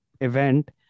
event